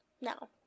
No